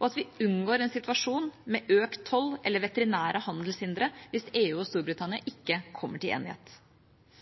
og at vi unngår en situasjon med økt toll eller veterinære handelshindre hvis EU og Storbritannia ikke kommer til enighet.